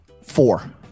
Four